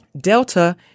Delta